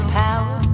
power